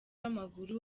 w’amaguru